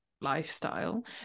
lifestyle